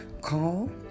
call